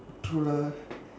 true lah